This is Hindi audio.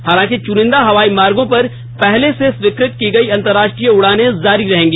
हालांकि चुनिंदा हवाई मार्गों पर पहले से स्वीजक्रत की गई अंतर्राष्ट्री य उडाने जारी रहेगी